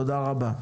תודה רבה.